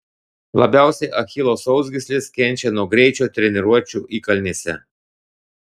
labiausiai achilo sausgyslės kenčia nuo greičio treniruočių įkalnėse